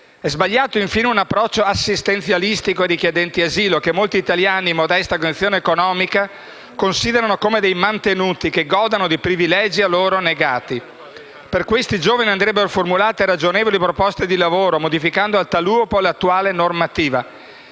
È sbagliato, infine, un approccio assistenzialistico ai richiedenti asilo, che molti italiani in modesta condizione economica considerano come dei mantenuti, che godono di privilegi a loro negati. Per questi giovani andrebbero formulate ragionevoli proposte di lavoro, modificando a tal uopo l’attuale normativa.